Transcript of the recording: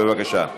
בבקשה.